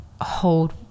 hold